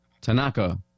Tanaka